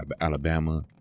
Alabama